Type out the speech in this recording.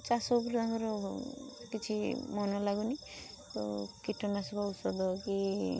ଚାଷ ଉପରେ ତାଙ୍କର କିଛି ମନ ଲାଗୁନି ତ କୀଟନାଶକ ଔଷଧ କି